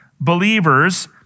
believers